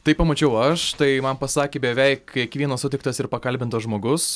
tai pamačiau aš tai man pasakė beveik kiekvienas sutiktas ir pakalbintas žmogus